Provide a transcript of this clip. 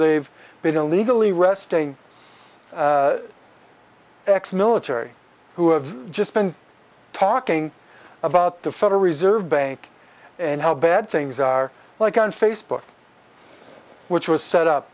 they've been illegally restain ex military who have just been talking about the federal reserve bank and how bad things are like on facebook which was set up